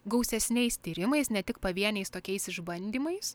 gausesniais tyrimais ne tik pavieniais tokiais išbandymais